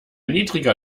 niedriger